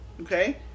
okay